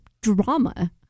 drama